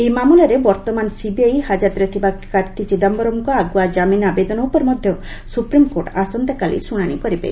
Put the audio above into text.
ଏହି ମାମଲାରେ ବର୍ତ୍ତମାନ ସିବିଆଇ ହାଜତରେ ଥିବା କାର୍ତ୍ତି ଚିଦାୟରମ୍ଙ୍କ ଆଗୁଆ ଜାମିନ୍ ଆବେଦନ ଉପରେ ମଧ୍ୟ ସୁପ୍ରିମ୍କୋର୍ଟ ଆସନ୍ତାକାଲି ଶୁଣାଣି କରିବେ